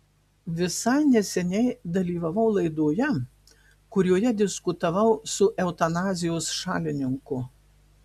visai neseniai dalyvavau laidoje kurioje diskutavau su eutanazijos šalininku